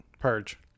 Purge